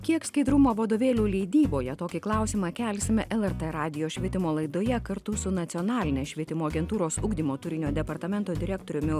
kiek skaidrumo vadovėlių leidyboje tokį klausimą kelsime lrt radijo švietimo laidoje kartu su nacionalinės švietimo agentūros ugdymo turinio departamento direktoriumi